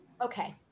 Okay